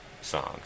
songs